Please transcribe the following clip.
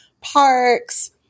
parks